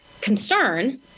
concern